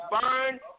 burn